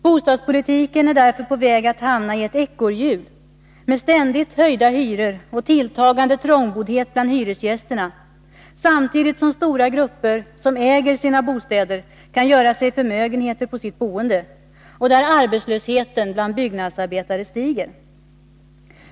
Bostadspolitiken är på väg att hamna i ett ekorrhjul med ständigt höjda hyror och tilltagande trångboddhet bland hyresgästerna, samtidigt kan stora grupper som äger sina bostäder göra sig förmögenheter på sitt boende, och arbetslösheten bland byggnadsarbetare stiger.